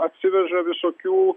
atsiveža visokių